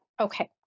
Okay